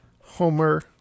Homer